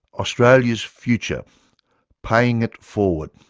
australia's future paying it forward.